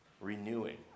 renewing